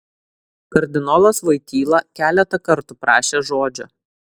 kardinolas voityla keletą kartų prašė žodžio